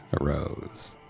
arose